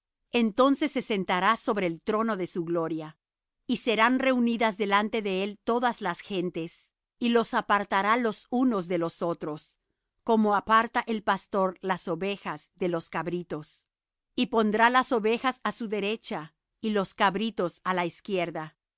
entonces se sentará sobre el trono de su gloria y serán reunidas delante de él todas las gentes y los apartará los unos de los otros como aparta el pastor las ovejas de los cabritos y pondrá las ovejas á su derecha y los cabritos á la izquierda